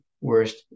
worst